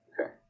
Okay